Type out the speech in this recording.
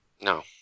No